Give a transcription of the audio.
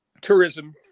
tourism